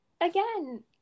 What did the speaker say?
Again